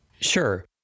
Sure